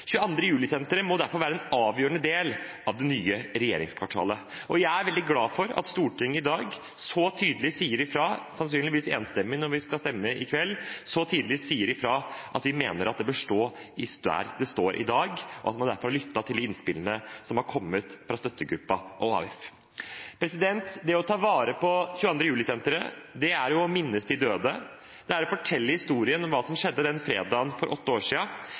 må derfor være en avgjørende del av det nye regjeringskvartalet. Jeg er veldig glad for at Stortinget i dag så tydelig sier ifra – sannsynligvis enstemmig når vi i kveld skal stemme – om at vi mener det bør stå der det står i dag, og at man derfor har lyttet til innspillene som har kommet fra støttegruppen og AUF. Det å ta vare på 22. juli-senteret er å minnes de døde. Det er å fortelle historien om hva som skjedde den fredagen for åtte år